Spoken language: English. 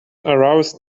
arouse